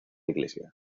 iglesia